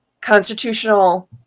constitutional